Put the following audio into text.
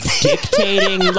dictating